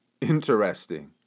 interesting